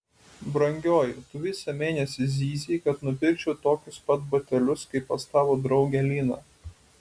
brangioji tu visą mėnesį zyzei kad nupirkčiau tokius pat batelius kaip pas tavo draugę liną